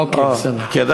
אוקיי, בסדר.